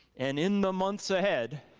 and in the months ahead,